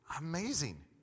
amazing